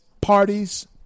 parties